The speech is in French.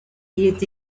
est